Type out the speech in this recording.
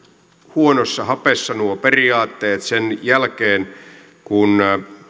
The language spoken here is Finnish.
huonossa hapessa olleet nuo periaatteet sen jälkeen kun